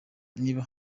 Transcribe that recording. niba